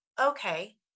okay